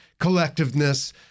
collectiveness